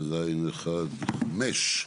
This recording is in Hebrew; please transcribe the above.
14ז1(5).